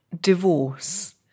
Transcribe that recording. divorce